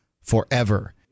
forever